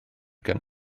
gan